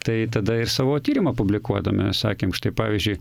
tai tada ir savo tyrimą publikuodami sakėm štai pavyzdžiui